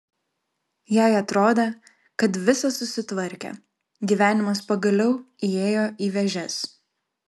jai atrodė kad visa susitvarkė gyvenimas pagaliau įėjo į vėžes